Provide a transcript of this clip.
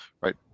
right